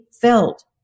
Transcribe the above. felt